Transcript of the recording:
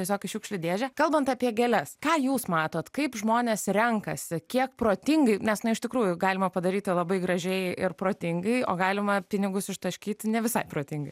tiesiog į šiukšlių dėžę kalbant apie gėles ką jūs matot kaip žmonės renkasi kiek protingai nes nu iš tikrųjų galima padaryti labai gražiai ir protingai o galima pinigus ištaškyti ne visai protingai